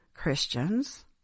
Christians